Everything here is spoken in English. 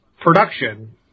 production